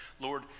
Lord